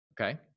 Okay